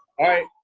alright,